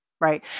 Right